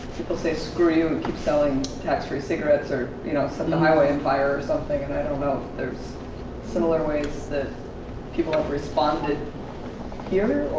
people say screw you and keep selling tax-free cigarettes or you know setting the highway on and fire, or something. and i don't know if there's similar ways that people have responded here,